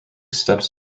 steps